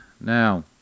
Now